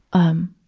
um,